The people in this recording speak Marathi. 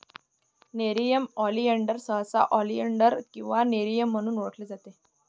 नेरियम ऑलियान्डर सहसा ऑलियान्डर किंवा नेरियम म्हणून ओळखले जाते